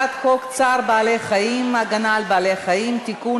הצעת חוק צער בעלי-חיים (הגנה על בעלי-חיים) (תיקון,